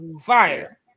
fire